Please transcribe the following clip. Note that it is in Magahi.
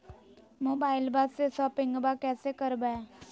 मोबाइलबा से शोपिंग्बा कैसे करबै?